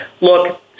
look